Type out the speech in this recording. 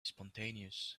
spontaneous